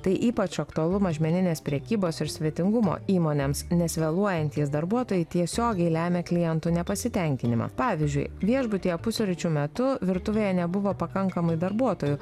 tai ypač aktualu mažmeninės prekybos ir svetingumo įmonėms nes vėluojantys darbuotojai tiesiogiai lemia klientų nepasitenkinimą pavyzdžiui viešbutyje pusryčių metu virtuvėje nebuvo pakankamai darbuotojų